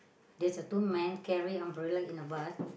there's a two men carry umbrella in the bus